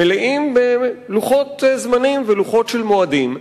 מלאים בלוחות זמנים ולוחות של מועדים,